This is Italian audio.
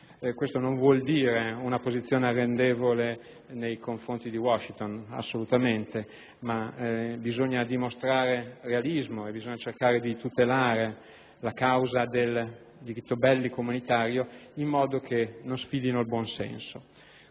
Questo non vuol dire una posizione arrendevole nei confronti di Washington, assolutamente; ma bisogna dimostrare realismo e bisogna cercare di tutelare la causa del diritto bellico e comunitario senza sfidare il buonsenso.